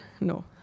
No